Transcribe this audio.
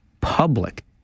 public